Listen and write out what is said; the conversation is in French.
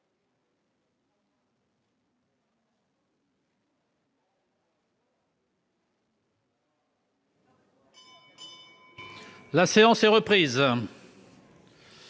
La séance est reprise.